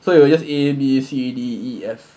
so you will just A B C D E F